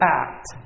act